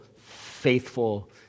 faithful